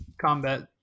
combat